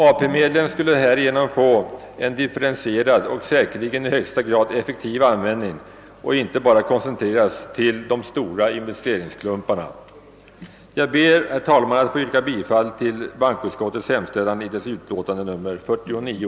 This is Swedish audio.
AP-medlen skulle härigenom få en differentierad och säkerligen i högsta grad effektiv användning och icke bara koncentreras till de stora investeringsklumparna. Jag ber, herr talman, att få yrka bifall till bankoutskottets hemställan i dess utlåtande nr 49.